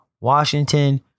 Washington